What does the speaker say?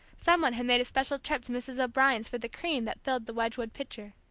some one had made a special trip to mrs. o'brien's for the cream that filled the wedgwood pitcher.